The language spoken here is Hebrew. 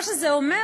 מה שזה אומר,